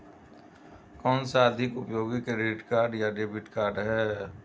कौनसा अधिक उपयोगी क्रेडिट कार्ड या डेबिट कार्ड है?